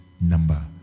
number